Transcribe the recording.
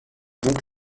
donc